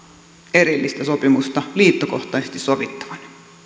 erillistä sopimusta liittokohtaisesti sovittavana